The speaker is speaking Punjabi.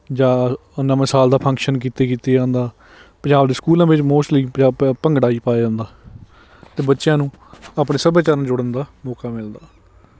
ਜਾਂ ਨਵੇਂ ਸਾਲ ਦਾ ਫੰਕਸ਼ਨ ਕੀਤੇ ਕੀਤਾ ਜਾਂਦਾ ਪੰਜਾਬ ਦੇ ਸਕੂਲਾਂ ਵਿੱਚ ਮੋਸਟਲੀ ਪੰਜਾ ਭੰਗੜਾ ਹੀ ਪਾਇਆ ਜਾਂਦਾ ਅਤੇ ਬੱਚਿਆਂ ਨੂੰ ਆਪਣੇ ਸੱਭਿਆਚਾਰ ਨਾਲ ਜੋੜਨ ਦਾ ਮੌਕਾ ਮਿਲਦਾ